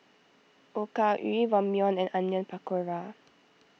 Okayu Ramyeon and Onion Pakora